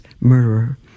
murderer